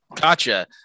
Gotcha